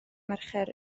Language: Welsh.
mercher